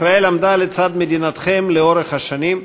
ישראל עמדה לצד מדינתכם לאורך השנים,